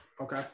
okay